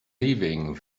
leaving